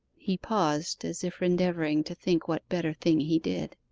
he paused, as if endeavouring to think what better thing he did.